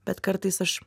bet kartais aš